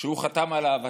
שהוא חתם עליו,